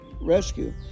rescue